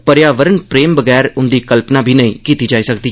पर्यावरण प्रेम बगैर हुन्दी कल्पना बी नेई कीती जाई सकदी